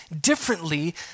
differently